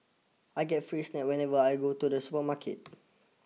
I get free snacks whenever I go to the supermarket